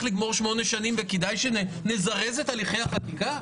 לגמור שמונה שנים וכדאי שנזרז את הליכי החקיקה?